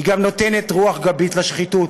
היא גם נותנת רוח גבית לשחיתות,